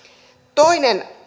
toinen